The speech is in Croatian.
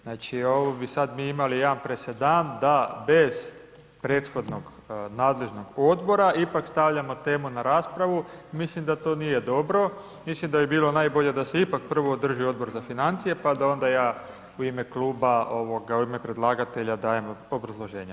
Znači, ovo bi, sad bi imali jedan presedan da bez prethodnog nadležnog odbora ipak stavljamo temu na raspravu, mislim da to nije dobro, mislim da bi bilo najbolje da se ipak prvo održi Odbor za financije, pa da onda ja u ime kluba, u ime predlagatelja dajem obrazloženje.